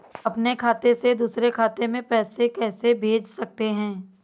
अपने खाते से दूसरे खाते में पैसे कैसे भेज सकते हैं?